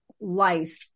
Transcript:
life